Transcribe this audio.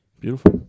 Beautiful